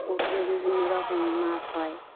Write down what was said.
পুকুরে বিভিন্ন রকমের মাছ হয়